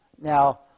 Now